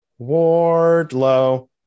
Wardlow